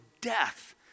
death